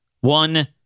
One